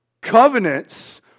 Covenants